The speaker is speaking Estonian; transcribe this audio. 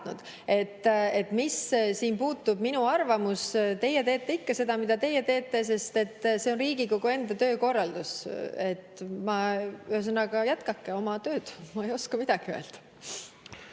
Mis siia puutub minu arvamus? Teie teete ikka seda, mida teie teete, sest see on Riigikogu enda töökorralduse [küsimus]. Ühesõnaga, jätkake oma tööd, ma ei oska midagi öelda.